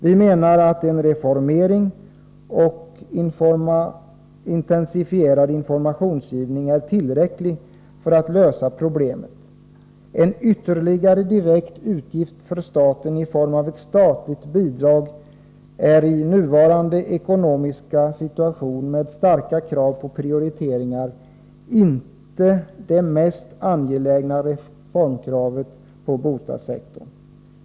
Vi menar att en reformering och intensifierad informationsgivning är tillräckliga för att lösa problemet. En ytterligare direkt utgift för staten i form av ett statligt bidrag är i den nuvarande ekonomiska situationen, med starka krav på prioriteringar, inte det mest angelägna reformkravet på bostadssektorn.